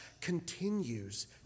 continues